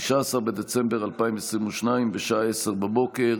19 בדצמבר 2022, בשעה 10:00.